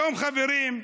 היום, חברים,